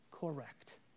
correct